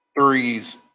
threes